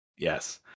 Yes